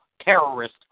terrorist